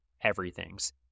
everythings